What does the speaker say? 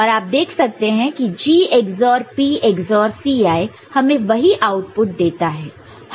और आप देख सकते हैं कि G XOR P XOR Ci हमें वही आउटपुट देता है